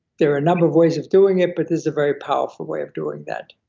there are a number of ways of doing it, but there's a very powerful way of doing that.